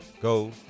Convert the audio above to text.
go